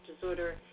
disorder